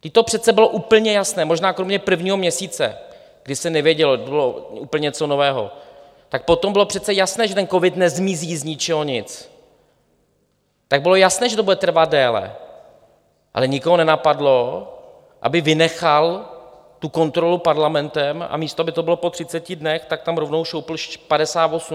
Vždyť to přece bylo úplně jasné, možná kromě prvního měsíce, kdy se nevědělo, bylo to úplně něco nového, tak potom bylo přece jasné, že ten covid nezmizí z ničeho nic, tak bylo jasné, že to bude trvat déle, ale nikoho nenapadlo, aby vynechal tu kontrolu parlamentem a místo aby to bylo po 30 dnech, tak tam rovnou šoupl 58.